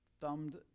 thumbed